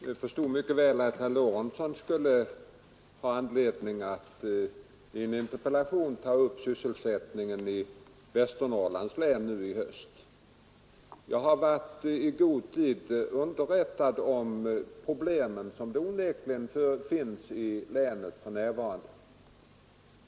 Herr talman! Jag förstod mycket väl att herr Lorentzon skulle ha anledning att i en interpellation ta upp frågan om sysselsättningsläget i Västernorrland denna höst. Jag har i god tid blivit underrättad om de problem som man för närvarande onekligen har i länet.